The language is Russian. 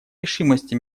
решимости